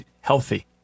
healthy